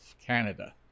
Canada